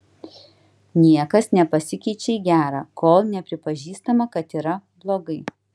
niekas nepasikeičia į gerą kol nepripažįstama kad yra blogai